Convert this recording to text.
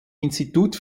institut